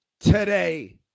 today